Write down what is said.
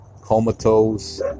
Comatose